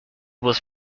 was